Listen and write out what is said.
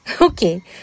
Okay